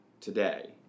today